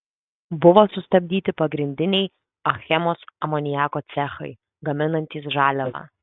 buvo sustabdyti pagrindiniai achemos amoniako cechai gaminantys žaliavą